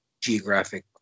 Geographic